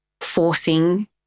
forcing